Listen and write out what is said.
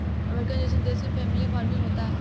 अमरीका जइसन देश में फैमिली फार्मिंग होता